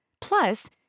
Plus